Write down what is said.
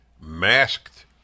Masked